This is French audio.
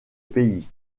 pays